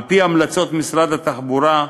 על-פי המלצות משרד התחבורה,